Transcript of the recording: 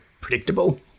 predictable